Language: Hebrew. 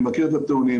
אני מכיר את הטיעונים,